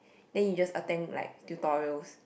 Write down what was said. then you just attend like tutorials